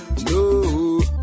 no